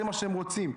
זה מה שהם רוצים.